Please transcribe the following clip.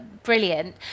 brilliant